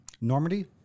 Normandy